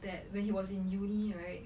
that when he was in uni right